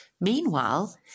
Meanwhile